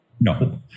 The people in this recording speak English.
No